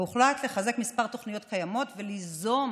והוחלט לחזק כמה תוכניות קיימות וליזום